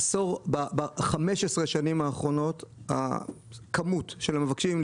ב-15 השנים האחרונות הכמות של המבקשים של